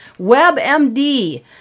WebMD